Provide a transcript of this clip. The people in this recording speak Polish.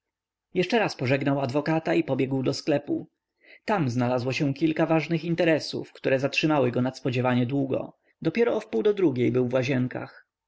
jeszcze raz pożegnał adwokata i pobiegł do sklepu tam znalazło się kilka ważnych interesów które zatrzymywały go nadspodziewanie długo dopiero o wpół do drugiej był w łazienkach